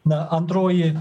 na antroji